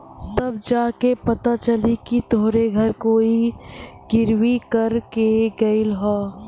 तब जा के पता चली कि तोहरे घर कोई गिर्वी कर के गयल हौ